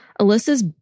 Alyssa's